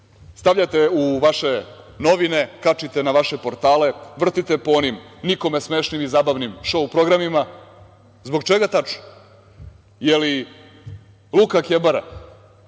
Stavljate u vaše novine, kačite na vaše portale, vrtite po onim, nikome smešnim i zabavnim šou programima. Zbog čega tačno? Da li je Luka Kebara